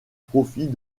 profit